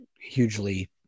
hugely